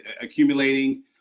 accumulating